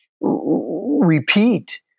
repeat